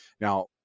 Now